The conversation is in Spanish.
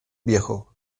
viejo